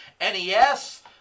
NES